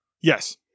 Yes